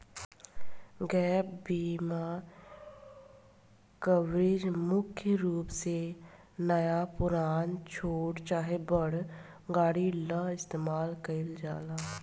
gap बीमा coverage मुख्य रूप से नया पुरान, छोट चाहे बड़ गाड़ी ला इस्तमाल कईल जाला